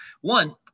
one